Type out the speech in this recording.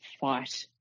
fight